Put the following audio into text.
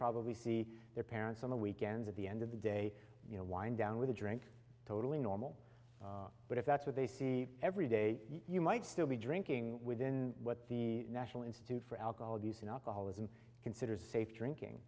probably see their parents on the weekends at the end of the day you know wind down with a drink totally normal but if that's what they see every day you might still be drinking within what the national institute for alcohol abuse and alcoholism considers safe drinking